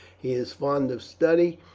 he is fond of study,